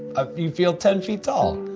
ah you feel ten feet tall.